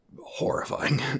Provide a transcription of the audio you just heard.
horrifying